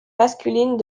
masculines